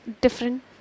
different